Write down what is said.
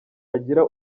agira